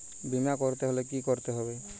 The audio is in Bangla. বিমা করতে হলে কি করতে হবে?